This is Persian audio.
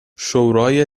شورای